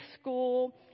school